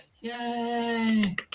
Yay